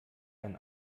ein